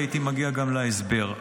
הייתי מגיע גם להסבר,